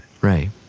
Right